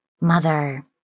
Mother